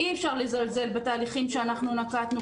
אי אפשר לזלזל בתהליכים שאנחנו נקטנו,